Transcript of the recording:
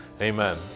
Amen